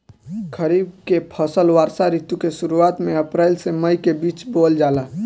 खरीफ के फसल वर्षा ऋतु के शुरुआत में अप्रैल से मई के बीच बोअल जाला